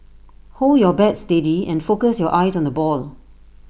hold your bat steady and focus your eyes on the ball